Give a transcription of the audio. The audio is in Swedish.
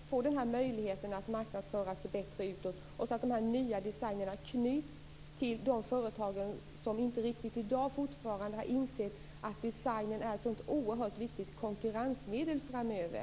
samman möjligheten att marknadsföra sig bättre utåt. Nya designer knyts till företag som inte riktigt har insett att design är ett så oerhört viktigt konkurrensmedel framöver.